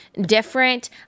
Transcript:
different